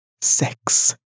sex